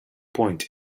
point